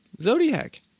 Zodiac